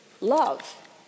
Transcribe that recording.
love